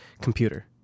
computer